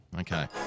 Okay